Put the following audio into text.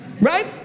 Right